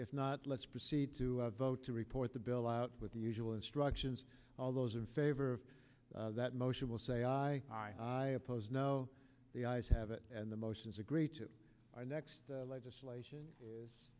if not let's proceed to vote to report the bill out with the usual instructions all those in favor of the that motion will say i oppose no the ayes have it and the motions agree to our next legislation i